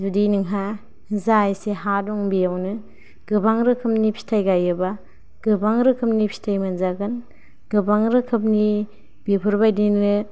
जुदि नोंहा जा एसे हा दं बेयावनो गोबां रोखोमनि फिथाय गायोब्ला गोबां रोखोमनि फिथाय मोनजागोन गोबां रोखोमनि बेफोरबायदिनो